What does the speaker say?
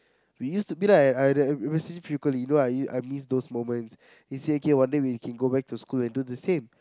we used to be like I frequently you know I use I miss those moments he say okay okay one day we can go back to school and do the same